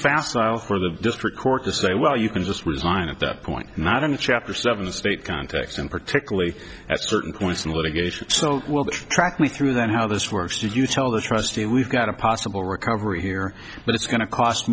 fast for the district court to say well you can just resign at that point not in the chapter seven state context and particularly at certain points in the litigation so will track me through that how this works did you tell the trustee we've got a possible recovery here but it's going to cost